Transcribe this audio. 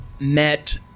met